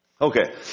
Okay